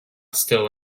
still